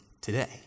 today